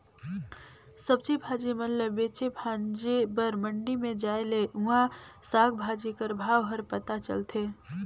सब्जी भाजी मन ल बेचे भांजे बर मंडी में जाए ले उहां साग भाजी कर भाव हर पता चलथे